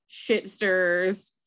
shitsters